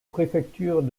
préfectures